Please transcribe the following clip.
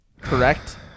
Correct